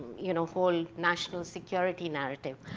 you know, whole national security narrative?